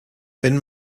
wenn